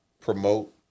promote